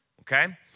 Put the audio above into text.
okay